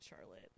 Charlotte